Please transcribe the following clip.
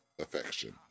affection